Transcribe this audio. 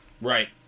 Right